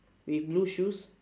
with blue shoes